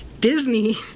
disney